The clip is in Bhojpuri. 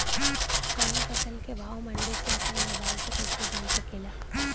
कवनो फसल के भाव मंडी के अपना मोबाइल से कइसे जान सकीला?